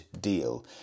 deal